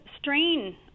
strain